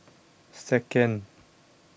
second